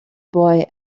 boy